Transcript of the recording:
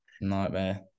Nightmare